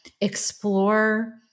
explore